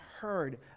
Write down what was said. heard